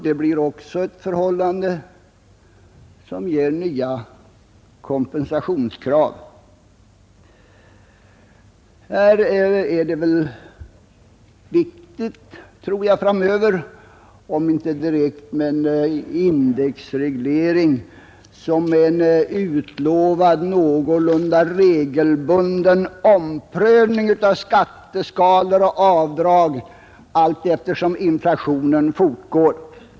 Detta förhållande framkallar i sin tur nya kompensationskrav. Här är det, tror jag, viktigt att man framöver får, om inte en direkt indexreglering så i alla fall en någorlunda regelbunden omprövning av skatteskalor och avdrag allteftersom inflationen fortgår.